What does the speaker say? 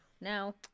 No